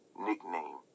Nickname